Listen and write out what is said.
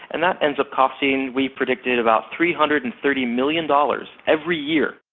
and that ends up costing we've predicting about three hundred and thirty million dollars every year.